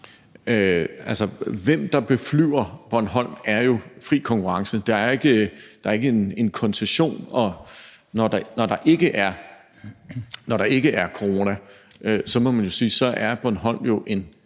hvem der beflyver Bornholm, handler jo om fri konkurrence. Der er ikke en koncession, og når der ikke er corona, må man jo